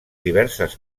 diverses